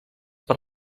per